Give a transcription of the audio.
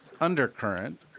undercurrent